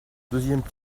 deuxième